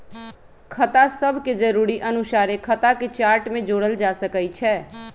खता सभके जरुरी अनुसारे खता के चार्ट में जोड़ल जा सकइ छै